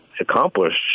accomplished